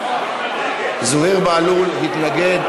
זוהיר בהלול התנגד.